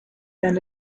then